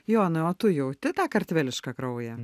jonai o tu jauti tą kartvelišką kraują